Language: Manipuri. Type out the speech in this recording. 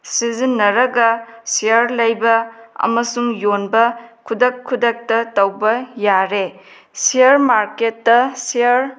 ꯁꯤꯖꯤꯟꯅꯔꯒ ꯁꯤꯌꯥꯔ ꯂꯩꯕ ꯑꯃꯁꯨꯡ ꯌꯣꯟꯕ ꯈꯨꯗꯛ ꯈꯨꯗꯛꯇ ꯇꯧꯕ ꯌꯥꯔꯦ ꯁꯤꯌꯥꯔ ꯃꯥꯔꯀꯦꯠꯇ ꯁꯤꯌꯥꯔ